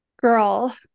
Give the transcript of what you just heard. girl